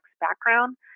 background